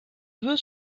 veut